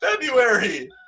February